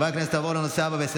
בעד, 24, נגד, שמונה, אין נמנעים.